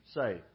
say